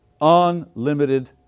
unlimited